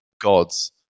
God's